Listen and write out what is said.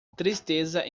tristeza